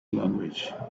language